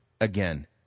again